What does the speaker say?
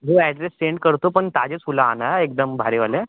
हो address send करतो पण ताजेच फुलं आणा एकदम भारीवाले